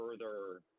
further